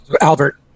Albert